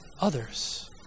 others